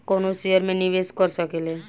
कवनो शेयर मे निवेश कर सकेल